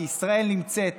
כי ישראל נמצאת